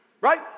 right